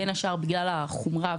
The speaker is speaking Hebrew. בין השאר בגלל החומרה,